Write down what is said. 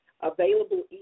available